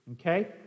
Okay